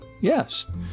Yes